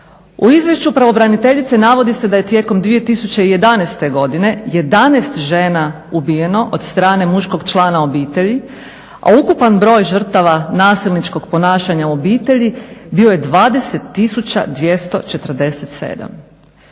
U izvješću pravobraniteljice navodi se da je tijekom 2011. godine 11 žena ubijeno od strana muškog člana obitelji, a ukupan broj žrtava nasilničkog ponašanja u obitelji bio je 20